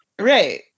Right